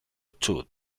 toothed